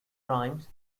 rhymes